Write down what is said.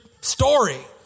story